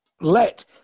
let